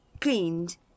cleaned